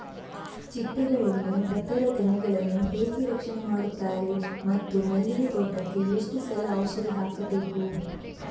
ಚಿಟ್ಟೆಗಳಿಂದ ಭತ್ತದ ತೆನೆಗಳನ್ನು ಹೇಗೆ ರಕ್ಷಣೆ ಮಾಡುತ್ತಾರೆ ಮತ್ತು ಮಲ್ಲಿಗೆ ತೋಟಕ್ಕೆ ಎಷ್ಟು ಸಲ ಔಷಧಿ ಹಾಕಬೇಕು?